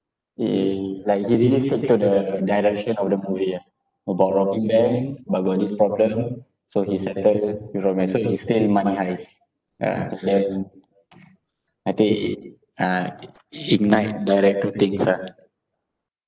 he like he really stick to the direction of the movie ah about robbing banks but got this problem so he settle with romance so he stay with money heist yeah then I think uh it it ignite director things ah